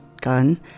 gun